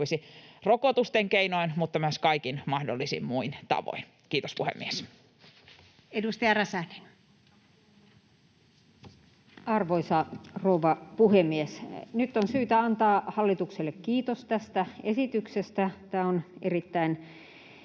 rokotusten keinoin mutta myös kaikin muin mahdollisin tavoin. — Kiitos, puhemies. Edustaja Räsänen. Arvoisa rouva puhemies! Nyt on syytä antaa hallitukselle kiitos tästä esityksestä. Tämä on erittäin